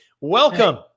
welcome